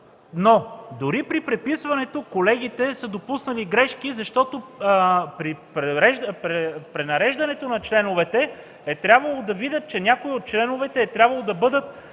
им. Дори при преписването обаче колегите са допуснали грешки, защото при пренареждането на членовете е трябвало да видят, че някои от членовете е трябвало да бъдат